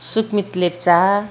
Sukmit Lepcha